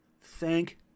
thank